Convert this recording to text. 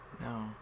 No